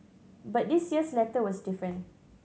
but this year's letter was different